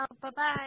Bye-bye